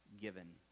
given